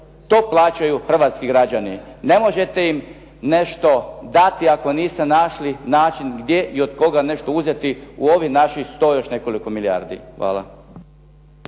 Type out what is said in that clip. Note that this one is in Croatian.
to plaćaju hrvatski građani. Ne možete im nešto dati ako niste našli način gdje i od koga nešto uzeti u ovih naših 100 i još nekoliko milijardi. Hvala.